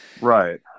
right